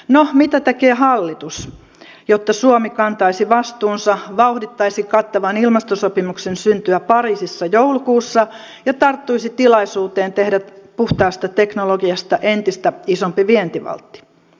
no mitä tekee hallitus jotta suomi kantaisi vastuunsa vauhdittaisi kattavan ilmastosopimuksen syntyä pariisissa joulukuussa ja tarttuisi tilaisuuteen tehdä puhtaasta teknologiasta entistä isompi vientivaltti